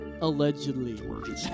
allegedly